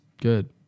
good